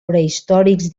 prehistòrics